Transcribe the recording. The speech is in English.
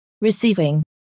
receiving